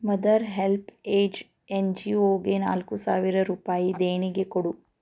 mother HelpAge ಎನ್ ಜಿ ಒಗೆ ನಾಲ್ಕು ಸಾವಿರ ರೂಪಾಯಿ ದೇಣಿಗೆ ಕೊಡು